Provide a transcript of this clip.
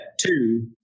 two